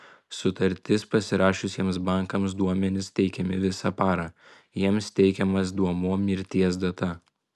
sutartis pasirašiusiems bankams duomenys teikiami visą parą jiems teikiamas duomuo mirties data